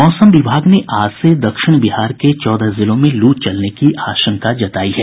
मौसम विभाग ने आज से दक्षिण बिहार के चौदह जिलों में लू चलने की आशंका जतायी है